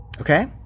Okay